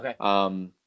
Okay